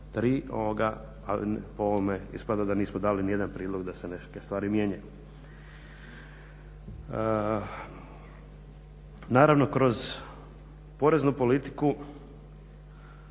tri, a po ovome ispada da nismo dali nijedan prijedlog da se neke stvari mijenjaju. Naravno kroz poreznu politiku,